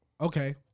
Okay